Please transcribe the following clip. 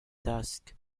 dusk